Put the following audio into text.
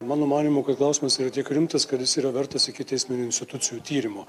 mano manymu kad klausimas yra rimtas kad jis yra vertas ikiteisminių institucijų tyrimo